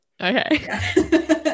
Okay